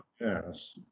Yes